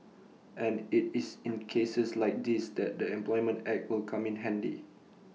and IT is in cases like these that the employment act will come in handy